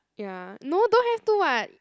ya no don't have to [what]